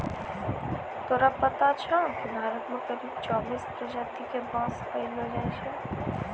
तोरा पता छौं कि भारत मॅ करीब चौबीस प्रजाति के बांस पैलो जाय छै